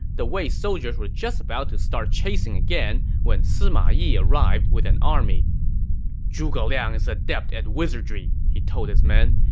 the wei soldiers were just about to start chasing again when sima yi arrived with an army zhuge liang is adept at wizardry, he told his men.